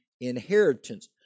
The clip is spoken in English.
inheritance